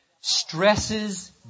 stresses